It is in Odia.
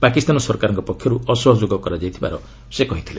ପାକିସ୍ତାନ ସରକାରଙ୍କ ପକ୍ଷରୁ ଅସହଯୋଗ କରାଯାଇଥିବାର ସେ ଜଣାଇଥିଲେ